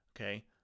Okay